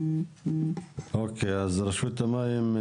אז רשות המים,